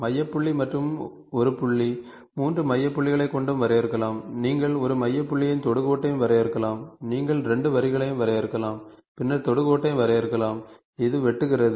மைய புள்ளி மற்றும் ஒரு புள்ளி 3 மைய புள்ளிகளை கொண்டும் வரையறுக்கலாம் நீங்கள் ஒரு மைய புள்ளியையும் தொடு கோட்டையும் வரையறுக்கலாம் நீங்கள் 2 வரிகளை வரையறுக்கலாம் பின்னர் தொடு கோட்டையும் வரையறுக்கலாம் இது வெட்டுகிறது